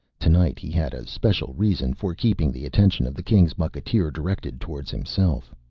tonight he had a special reason for keeping the attention of the king's mucketeer directed towards himself.